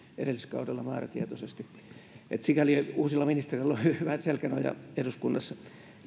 edelliskaudella määrätietoisesti sikäli uusilla ministereillä on hyvät selkänojat eduskunnassa